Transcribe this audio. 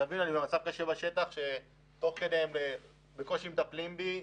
תבין, אני במצב קשה בשטח ובקושי מטפלים בי.